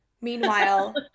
Meanwhile